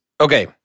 okay